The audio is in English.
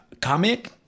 comic